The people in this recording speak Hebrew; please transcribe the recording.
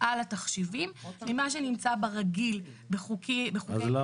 על התחשיבים, ממה שנמצא ברגיל, בחוקי עזר.